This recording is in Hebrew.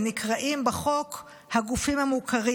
הם נקראים בחוק "הגופים המוכרים".